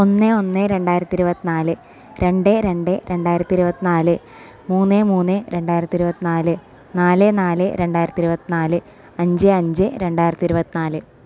ഒന്ന് ഒന്ന് രണ്ടായിരത്തി ഇരുപത്തിനാല് രണ്ട് രണ്ട് രണ്ടായിരത്തി ഇരുപത്തി നാല് മൂന്ന് മൂന്ന് രണ്ടായിരത്തി ഇരുപത്തി നാല് നാല് നാല് രണ്ടായിരത്തി ഇരുപത്തി നാല് അഞ്ച് അഞ്ച് രണ്ടായിരത്തി ഇരുപത്തി നാല്